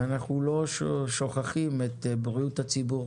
ואנחנו לא שוכחים את בריאות הציבור